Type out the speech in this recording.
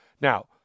Now